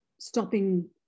stopping